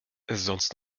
sonst